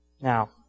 Now